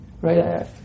right